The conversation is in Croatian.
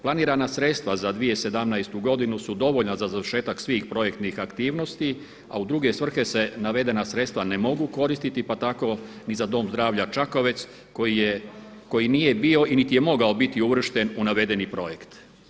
Planirana sredstva za 2017. godinu su dovoljna za završetak svih projektnih aktivnosti a u druge svrhe se navedena sredstva ne mogu koristiti tako ni za Dom zdravlja Čakovec koji nije bio niti je mogao biti uvršten u navedeni projekt.